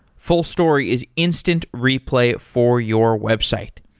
fullstory is instant replay for your website.